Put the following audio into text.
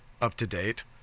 up-to-date